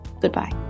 Goodbye